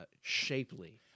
shapely